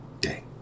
day